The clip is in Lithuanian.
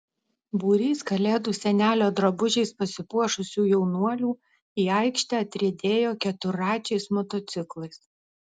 būrys kalėdų senelio drabužiais pasipuošusių jaunuolių į aikštę atriedėjo keturračiais motociklais